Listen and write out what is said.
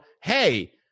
hey